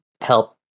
help